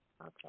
Okay